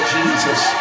Jesus